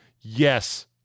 Yes